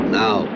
now